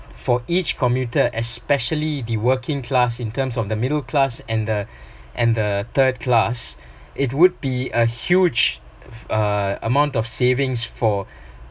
for each commuters especially the working class in terms of the middle class and the and the third class it would be a huge a~ amount of savings for